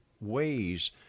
ways